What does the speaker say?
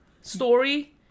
story